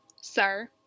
sir